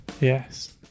Yes